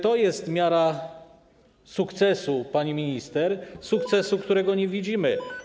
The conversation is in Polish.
To jest miara sukcesu, pani minister, sukcesu, którego nie widzimy.